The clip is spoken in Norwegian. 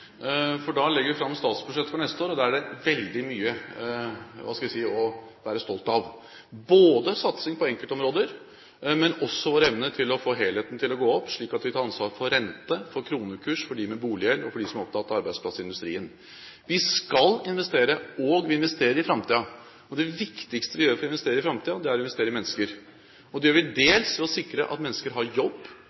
for da legger vi fram statsbudsjettet for neste år, og da er det veldig mye – hva skal jeg si – å være stolt av, ikke bare satsing på enkeltområder, men også på vår evne til å få helheten til å gå opp, slik at vi kan ta ansvar for rente, for kronekurs, for dem med boliggjeld og for dem som er opptatt av arbeidsplasser i industrien. Vi skal investere, og vi investerer i framtiden. Det viktigste vi gjør for å investere i framtiden, er å investere i mennesker. Det gjør vi dels for å sikre at mennesker har jobb.